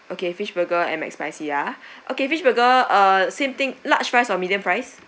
okay fish burger and mac spicy ah okay fish burger uh same thing large fries or medium fries